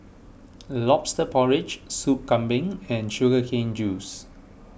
Lobster Porridge Soup Kambing and Sugar Cane Juice